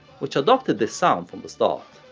which adopted this sound from the start.